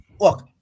look